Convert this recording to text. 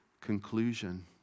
conclusion